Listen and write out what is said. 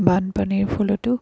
বানপানীৰফলতো